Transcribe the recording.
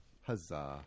Huzzah